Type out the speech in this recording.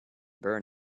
burn